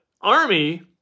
Army